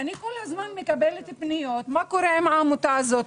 אני כל הזמן מקבלת פניות: מה קורה עם העמותה הזאת?